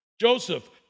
Joseph